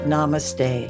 Namaste